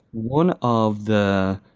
one of the,